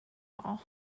mall